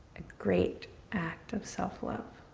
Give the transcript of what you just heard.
great act of self love,